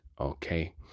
Okay